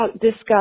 discuss